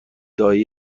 دایه